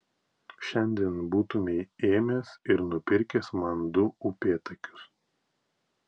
šiandien būtumei ėmęs ir nupirkęs man du upėtakius